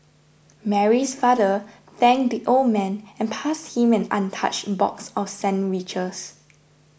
Mary's father thanked the old man and passed him an untouched box of sandwiches